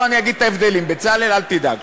לא, אני אגיד מה ההבדלים, בצלאל, אל תדאג.